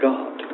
God